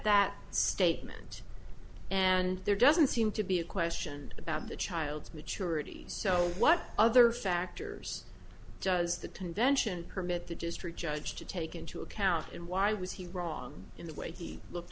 that statement and there doesn't seem to be a question about the child's maturity so what other factors does the convention permit the district judge to take into account and why was he wrong in the way he looked